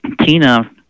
Tina